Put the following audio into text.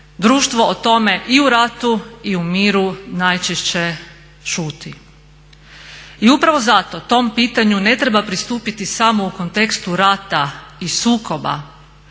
društvo o tome i u ratu i u miru najčešće šuti. I upravo zato tom pitanju ne treba pristupiti samo u kontekstu rata i sukoba,